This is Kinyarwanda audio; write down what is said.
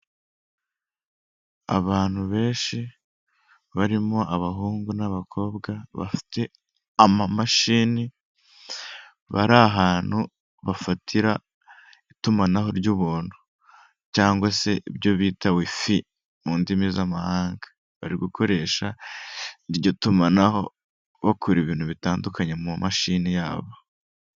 Tengamara na tiveya twongeye kubatengamaza, ishimwe kuri tiveya ryongeye gutangwa ni nyuma y'ubugenzuzi isuzuma n'ibikorwa byo kugaruza umusoro byakozwe dukomeje gusaba ibiyamu niba utariyandikisha kanda kannyeri maganainani urwego ukurikiza amabwiriza nibayandikishije zirikana fatire ya ibiyemu no kwandikisha nimero yawe ya telefone itanga n amakuru.